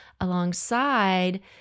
alongside